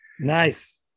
Nice